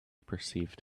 perceived